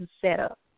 setup